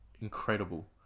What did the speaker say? incredible